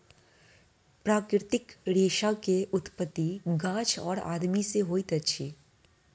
प्राकृतिक रेशा के उत्पत्ति गाछ और आदमी से होइत अछि